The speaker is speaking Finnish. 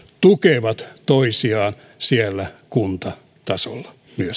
tukevat toisiaan myöskin siellä kuntatasolla